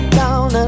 down